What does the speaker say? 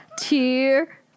tear